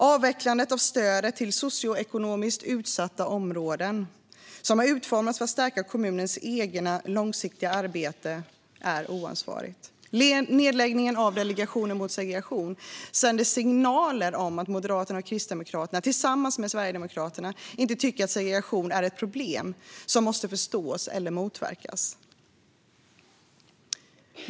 Avvecklandet av stödet till socioekonomiskt utsatta områden, som har utformats för att stärka kommunernas eget långsiktiga arbete, är oansvarigt. Nedläggningen av Delegationen mot segregation sänder signaler om att Moderaterna och Kristdemokraterna tillsammans med Sverigedemokraterna inte tycker att segregation är ett problem som måste förstås eller motverkas.